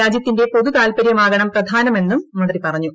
രാജ്യത്തിന്റെ പൊതുതാൽപ്പര്യമാകണം പ്രധാനമെന്നും മന്ത്രി പറഞ്ഞു